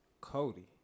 Cody